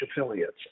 affiliates